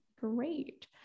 great